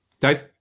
Dave